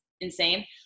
insane